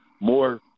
more